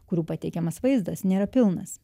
kurių pateikiamas vaizdas nėra pilnas